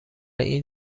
این